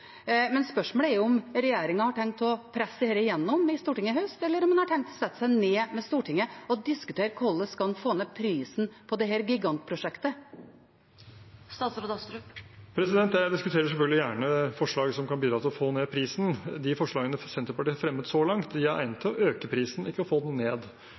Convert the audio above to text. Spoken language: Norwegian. om regjeringen har tenkt å presse dette gjennom i Stortinget i høst, eller om en har tenkt å sette seg ned med Stortinget og diskutere hvordan en skal få ned prisen på dette gigantprosjektet. Jeg diskuterer selvfølgelig gjerne forslag som kan bidra til å få ned prisen. De forslagene Senterpartiet har fremmet så langt, er egnet til å øke prisen, ikke å få den ned.